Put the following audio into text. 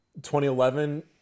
2011